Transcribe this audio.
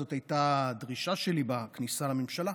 זאת הייתה דרישה שלי בכניסה לממשלה.